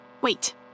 Wait